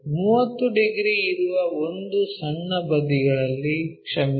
30 degree ಇರುವ ಒಂದು ಸಣ್ಣ ಬದಿಗಳಲ್ಲಿ ಕ್ಷಮಿಸಿ